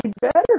better